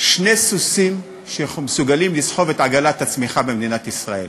שני סוסים שמסוגלים לסחוב את עגלת הצמיחה במדינת ישראל: